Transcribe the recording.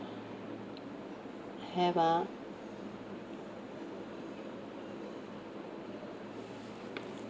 have ah